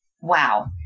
wow